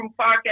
Podcast